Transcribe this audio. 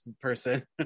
person